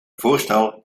voorstel